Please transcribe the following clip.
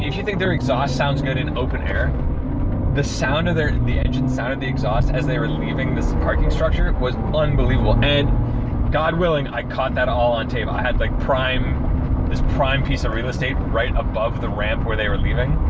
you think their exhaust sounds good in open air the sound of their engines, the sound of the exhaust as they were leaving this parking structure was unbelievable! and god-willing i caught that all on tape. i had like prime this prime peace of real estate right above the ramp where they were leaving.